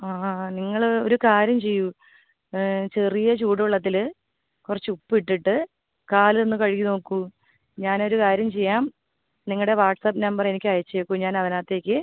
ആ ആ ആ നിങ്ങൾ ഒരു കാര്യം ചെയ്യൂ ചെറിയ ചൂട് വെള്ളത്തിൽ കുറച്ച് ഉപ്പ് ഇട്ടിട്ട് കാൽ ഒന്ന് കഴുകി നോക്കൂ ഞാൻ ഒരു കാര്യം ചെയ്യാം നിങ്ങടെ വാട്ട്സപ്പ് നമ്പറെനിക്ക് അയച്ചേക്കൂ ഞാൻ അതിനകത്തേയ്ക്ക്